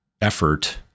effort